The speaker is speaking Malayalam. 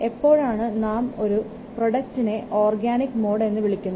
എപ്പോഴാണ് നാം ഒരു പ്രോഡക്റ്റിനെ ഓർഗാനിക് മോഡ് എന്ന് വിളിക്കുന്നത്